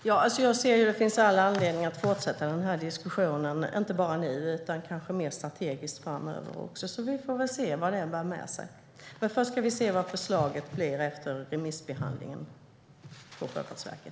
Herr talman! Jag ser att det finns all anledning att fortsätta diskussionen, inte bara nu utan kanske också mer strategiskt framöver. Vi får väl se vad det bär med sig. Men först ska vi se vad förslaget blir efter remissbehandlingen på Sjöfartsverket.